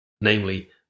namely